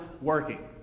working